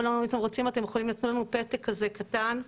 נתנו לנו פתק כזה קטן,